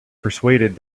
persuaded